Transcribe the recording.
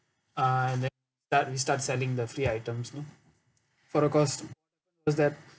uh and then start we start selling the free items lor for the cost cost that